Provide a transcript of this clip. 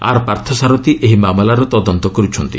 ଆର୍ ପାର୍ଥସାରଥି ଏହି ମାମଲାର ତଦନ୍ତ କରୁଛନ୍ତି